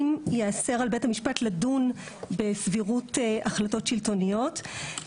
אם יאסר על בית המשפט לדון בסבירות החלטות שלטוניות.